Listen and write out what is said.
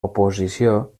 oposició